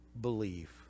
believe